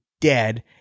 dead